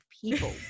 people